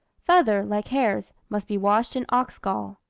feather, like hairs, must be washed in ox-gall.